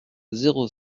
zéro